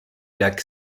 lac